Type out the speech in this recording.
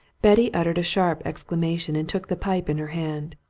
betty uttered a sharp exclamation and took the pipe in her hand.